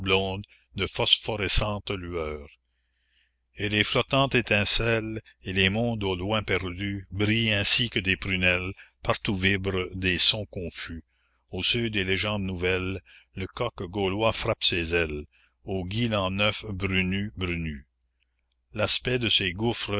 de phosphorescentes lueurs et les flottantes étincelles et les mondes au loin perdus brillent ainsi que des prunelles partout vibrent des sons confus au seuil des légendes nouvelles le coq gaulois frappe ses ailes au guy l'an neuf brennus brennus l'aspect de ces gouffres